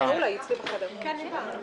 היא מגיעה, אז עוד רגע.